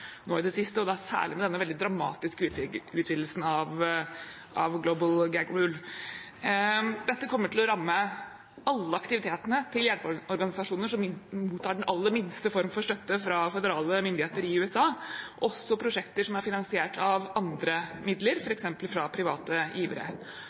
nå i det siste, og da særlig med denne veldig dramatiske utvidelsen av «global gag rule». Dette kommer til å ramme alle aktivitetene til hjelpeorganisasjoner som mottar den aller minste form for støtte fra føderale myndigheter i USA, også prosjekter som er finansiert av andre midler,